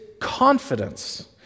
confidence